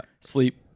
Sleep